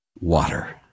water